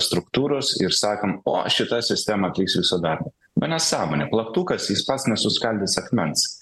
struktūros ir sakom o šita sistema atliks visą darbą nu nesąmonė plaktukas jis pats nesuskaldys akmens